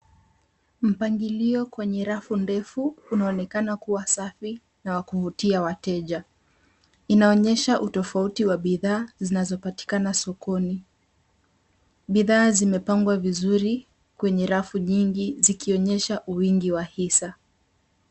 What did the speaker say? Mpangilio kwenye rafu ndefu, unaonekana kuwa safi na wa kuvutia wateja. Inaonyesha utofuati wa bidhaa zinayopatikana sokoni. Bidhaa zimepangwa vizuri kwenye rafu nyingi ukionyesha uwingi wa hisa.